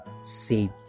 saved